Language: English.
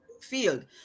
field